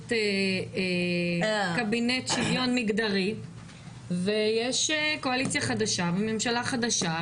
יש קבינט שוויון מגדרי ויש קואליציה וממשלה חדשה.